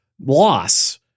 loss